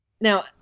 Now